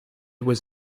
was